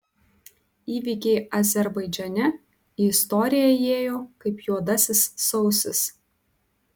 įvykiai azerbaidžane į istoriją įėjo kaip juodasis sausis